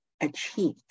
achieve